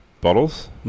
bottles